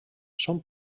són